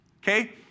okay